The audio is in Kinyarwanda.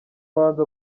muhanzi